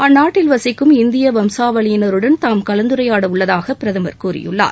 அந்நாட்டில் வசிக்கும் இந்திய வம்சவழியினருடன் தாம் கலந்துரையாட உள்ளதாக பிரதமர் கூறியுள்ளார்